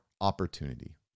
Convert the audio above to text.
opportunity